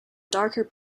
darker